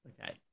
Okay